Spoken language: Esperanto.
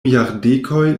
jardekoj